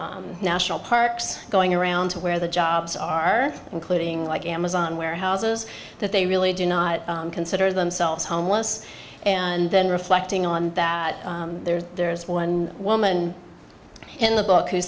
our national parks going around to where the jobs are including like amazon warehouses that they really do not consider themselves homeless and then reflecting on that there's one woman in the book who